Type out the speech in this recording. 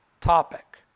topic